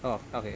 oh okay